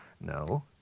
No